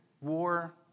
war